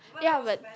ya but